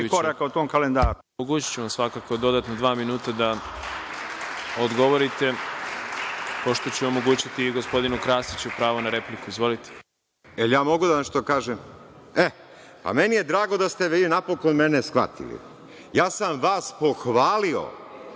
koraka o tom kalendaru.